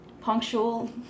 punctual